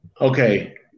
Okay